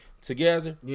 together